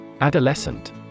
Adolescent